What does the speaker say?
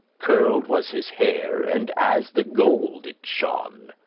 curl'd was his hair, and as the gold it shone,